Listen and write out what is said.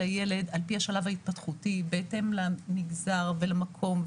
הילד על פי השלב ההתפתחותי בהתאם למגזר ולמקום,